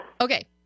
Okay